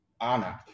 anna